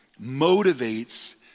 motivates